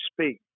speak